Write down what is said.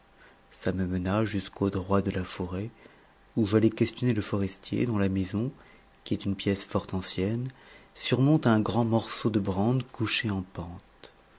ça me mena jusqu'au droit de la forêt où j'allai questionner le forestier dont la maison qui est une pièce fort ancienne surmonte un grand morceau de brande couché en pente